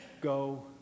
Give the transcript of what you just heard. go